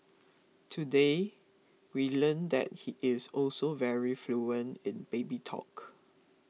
today we learned that he is also very fluent in baby talk